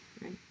right